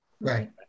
Right